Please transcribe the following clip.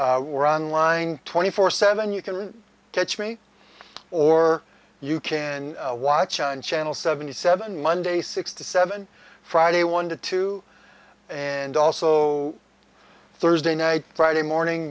we're on line twenty four seven you can catch me or you can watch on channel seventy seven monday six to seven friday one to two and also thursday night friday morning